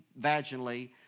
vaginally